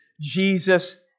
Jesus